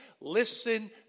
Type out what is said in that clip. Listen